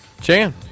Chan